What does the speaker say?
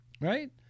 Right